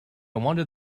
wanted